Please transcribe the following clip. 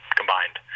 combined